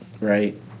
right